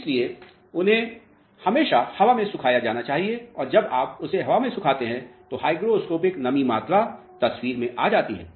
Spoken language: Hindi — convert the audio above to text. इसलिए उन्हें हमेशा हवा में सुखाया जाना चाहिए और जब आप उसे हवा में सुखाते है तो हाईग्रोस्कोपिक नमी मात्रा तस्वीर में आ जाती है